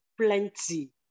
plenty